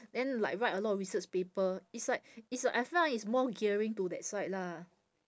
then like write a lot of research paper it's like it's like I feel like it's more gearing to that side lah